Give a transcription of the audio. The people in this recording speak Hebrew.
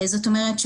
זאת אומרת,